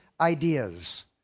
ideas